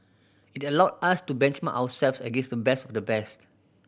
it allowed us to benchmark ourselves against the best of the best